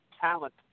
talent